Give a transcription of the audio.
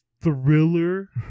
thriller